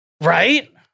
right